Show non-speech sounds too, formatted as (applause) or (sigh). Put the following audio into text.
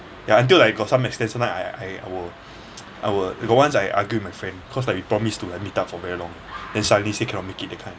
ya until like got some I I I will (breath) I got once I argued with my friend cause like we promised to like meet up for very long then suddenly say cannot make it that kind